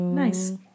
Nice